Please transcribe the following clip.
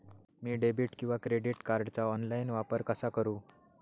मी debit किंवा credit कार्डचा online वापर कसा करु?